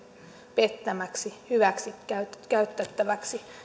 pettämäksi hyväksikäytettäväksi